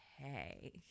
Okay